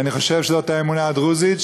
ואני חושב שזאת האמונה הדרוזית,